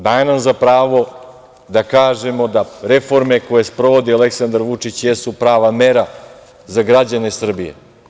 Daje nam za pravo da kažemo da reforme koje sprovodi Aleksandar Vučić jesu prava mera za građane Srbije.